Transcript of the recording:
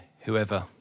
whoever